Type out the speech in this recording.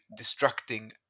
destructing